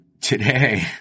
Today